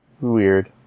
Weird